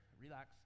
relax